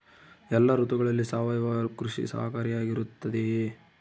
ಎಲ್ಲ ಋತುಗಳಲ್ಲಿ ಸಾವಯವ ಕೃಷಿ ಸಹಕಾರಿಯಾಗಿರುತ್ತದೆಯೇ?